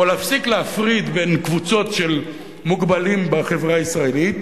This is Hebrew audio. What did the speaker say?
או להפסיק להפריד בין קבוצות של מוגבלים בחברה הישראלית,